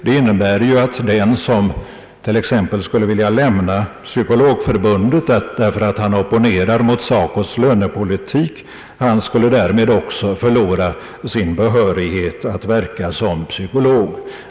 Det innebär ju att den som t.ex. skulle vilja lämna Psykologförbundet därför att han opponerar sig mot SACO:s lönepolitik därmed också skulle förlora sin behörighet att verka såsom psykolog.